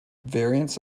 variants